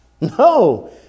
No